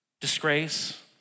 disgrace